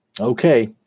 Okay